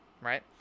right